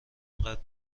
اینقد